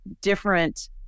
different